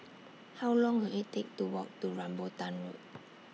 How Long Will IT Take to Walk to Rambutan Road